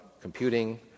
computing